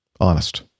Honest